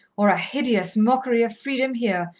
or a hideous mockery of freedom here,